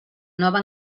nova